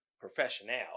professional